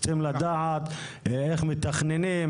אנחנו רוצים לדעת איך מתכננים,